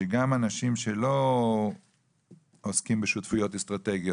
שגם אנשים שלא עוסקים בשותפויות אסטרטגיות,